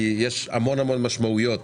וזאת כיוון שיש המון משמעותיות